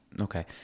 Okay